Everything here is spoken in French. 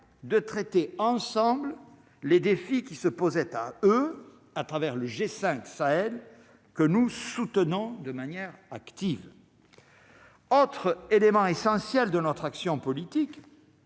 de traiter ensemble les défis qui se posait à eux à travers le G5 Sahel que nous soutenons de manière active. Autre élément essentiel de notre action politique,